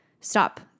stop